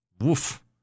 Woof